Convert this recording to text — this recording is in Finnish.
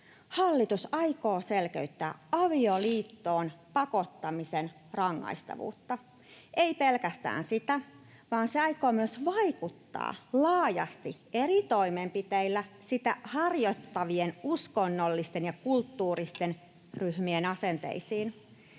Hallitus aikoo selkeyttää avioliittoon pakottamisen rangaistavuutta, eikä pelkästään sitä, vaan se aikoo myös vaikuttaa laajasti eri toimenpiteillä sitä harjoittavien uskonnollisten ja kulttuuristen ryhmien asenteisiin.